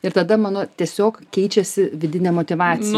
ir tada mano tiesiog keičiasi vidinė motyvacija